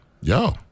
yo